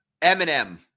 Eminem